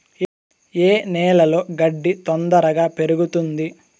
ఏ నేలలో గడ్డి తొందరగా పెరుగుతుంది